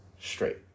straight